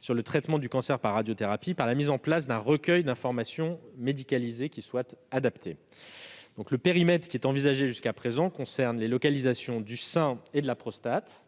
sur le traitement du cancer par radiothérapie par la mise en place d'un recueil d'informations médicalisées adapté. Le périmètre envisagé jusqu'à présent pour le nouveau modèle inclut les localisations du sein et de la prostate.